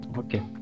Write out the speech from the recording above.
okay